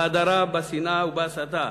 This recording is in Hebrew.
בהדרה, בשנאה ובהסתה.